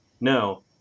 No